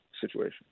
situation